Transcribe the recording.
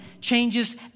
changes